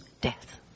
death